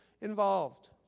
involved